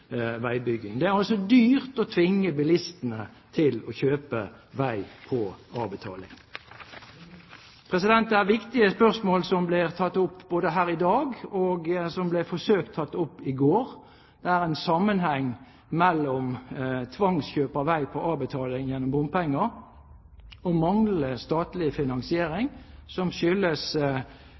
veibygging. Det er altså dyrt å tvinge bilistene til å kjøpe vei på avbetaling. Det er viktige spørsmål som blir tatt opp, både her i dag og som ble forsøkt tatt opp i går. Det er en sammenheng mellom tvangskjøp av vei på avbetaling gjennom bompenger og manglende statlig finansiering, som skyldes